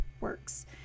works